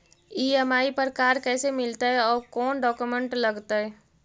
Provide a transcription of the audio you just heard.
EMI पर car कैसे मिलतै औ कोन डाउकमेंट लगतै?